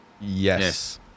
Yes